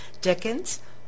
Dickens